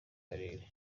karere